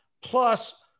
plus